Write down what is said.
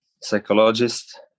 psychologist